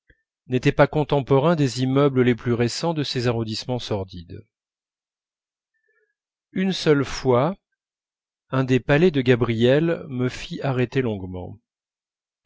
n'étaient pas contemporains des immeubles les plus récents de ces arrondissements sordides une seule fois un des palais de gabriel me fit arrêter longuement